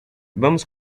vamos